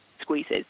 squeezes